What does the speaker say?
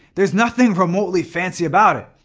there's nothing remotely fancy about it.